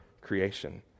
creation